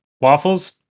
Waffles